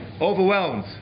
Overwhelmed